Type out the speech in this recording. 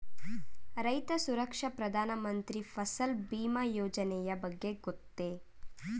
ರೈತ ಸುರಕ್ಷಾ ಪ್ರಧಾನ ಮಂತ್ರಿ ಫಸಲ್ ಭೀಮ ಯೋಜನೆಯ ಬಗ್ಗೆ ಗೊತ್ತೇ?